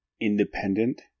independent